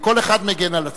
כל אחד מגן על עצמו.